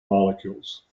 molecules